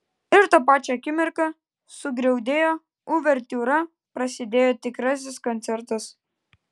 ir tą pačią akimirką sugriaudėjo uvertiūra prasidėjo tikrasis koncertas